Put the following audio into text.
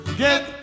Get